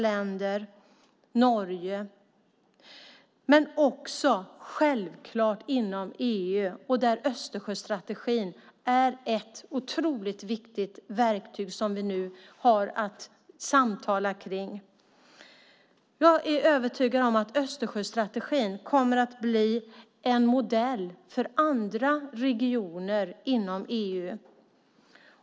Självklart krävs det också mer samverkan inom EU, och där är Östersjöstrategin ett otroligt viktigt verktyg som vi nu har att samtala kring. Jag är övertygad om att Östersjöstrategin kommer att bli en modell för andra regioner inom EU.